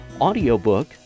audiobook